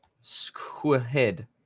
Squid